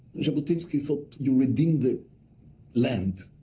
jabotinsky thought you redeem the land,